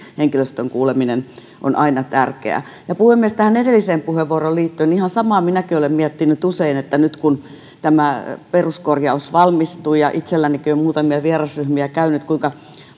henkilöstön kuuleminen on aina tärkeää puhemies tähän edelliseen puheenvuoroon liittyen ihan samaa minäkin olen miettinyt usein nyt kun tämä peruskorjaus valmistui ja itsellänikin on muutamia vierasryhmiä käynyt kuinka